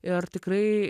ir tikrai